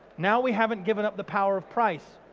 now we haven't given up the power of price.